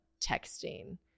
texting